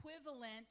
equivalent